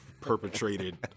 perpetrated